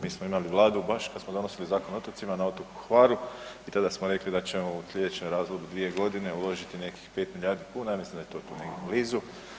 Mi smo imali Vladu baš kad smo donosili Zakon o otocima na otoku Hvaru i tada smo rekli da ćemo u slijedećem razdoblju od 2 godine uložiti nekih 5 milijardi kuna i ja mislim da je to tu negdje blizu.